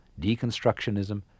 deconstructionism